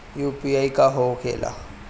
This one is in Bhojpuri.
यू.पी.आई का होखेला?